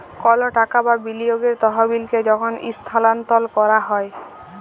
call টাকা বা বিলিয়গের তহবিলকে যখল ইস্থালাল্তর ক্যরা হ্যয়